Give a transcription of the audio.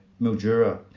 Mildura